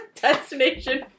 destination